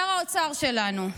שר האוצר שלנו: